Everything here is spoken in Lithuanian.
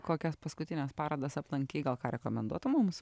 kokias paskutines parodas aplankei gal ką rekomenduotum mums